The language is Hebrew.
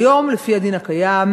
היום, לפי הדין הקיים,